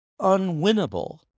unwinnable